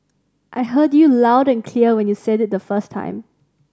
I heard you loud and clear when you said it the first time